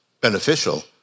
beneficial